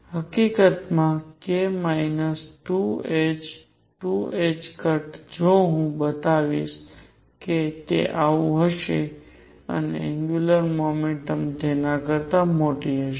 હકીકત માં k minus 2 h 2 જો હું બતાવીશ કે તે આવું હશે અને એંગ્યુંલર મોમેન્ટમ તેના કરતા મોટી હશે